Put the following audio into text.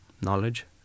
knowledge